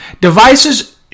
devices